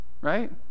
Right